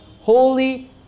holy